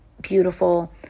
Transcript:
beautiful